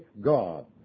God